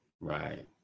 right